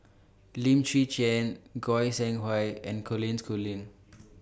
Lim Chwee Chian Goi Seng Hui and Colin Schooling